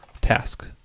task